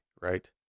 right